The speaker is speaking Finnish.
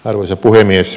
arvoisa puhemies